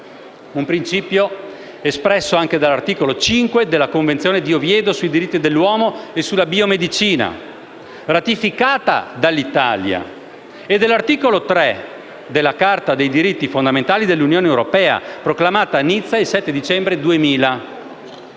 un principio espresso anche dall'articolo 5 della Convenzione di Oviedo sui diritti dell'uomo e sulla biomedicina, ratificata dall'Italia, e dall'articolo 3 della Carta dei diritti fondamentali dell'Unione europea, proclamata a Nizza il 7 dicembre 2000.